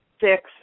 six